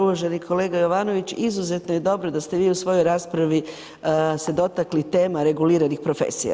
Uvaženi kolega Jovanović, izuzetno je dobro da ste vi u svojoj raspravi se dotakli tema reguliranih profesija.